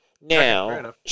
Now